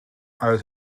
uit